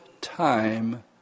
time